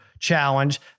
Challenge